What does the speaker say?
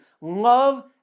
love